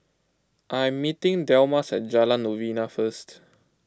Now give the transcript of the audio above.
I am meeting Delmas at Jalan Novena first